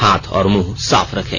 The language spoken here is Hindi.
हाथ और मुंह साफ रखें